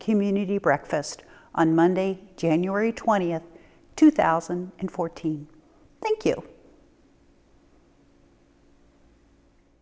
community breakfast on monday january twentieth two thousand and fourteen thank